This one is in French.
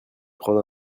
prendre